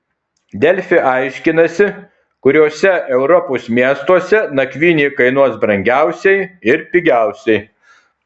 delfi aiškinasi kuriuose europos miestuose nakvynė kainuos brangiausiai ir pigiausiai